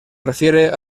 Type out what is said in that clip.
refiere